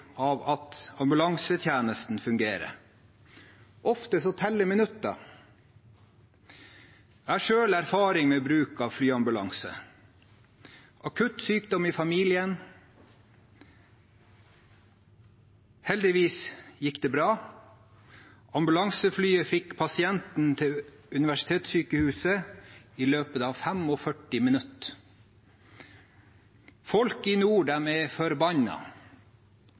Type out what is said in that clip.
av at ambulansetjenesten fungerer. Ofte teller minutter. Jeg har selv erfaring med bruk av flyambulanse ved akutt sykdom i familien. Heldigvis gikk det bra – ambulanseflyet fikk pasienten til universitetssykehuset i løpet av 45 minutter. Folk i nord er forbanna